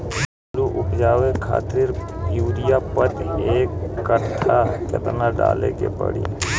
आलू उपजावे खातिर यूरिया प्रति एक कट्ठा केतना डाले के पड़ी?